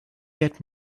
get